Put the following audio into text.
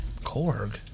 Korg